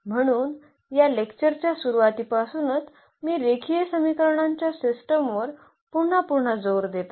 म्हणून या लेक्चरच्या सुरूवातीपासूनच मी रेखीय समीकरणांच्या सिस्टमवर पुन्हा पुन्हा जोर देत आहे